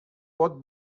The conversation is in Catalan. pot